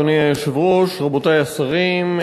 רבותי השרים,